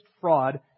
fraud